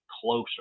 closer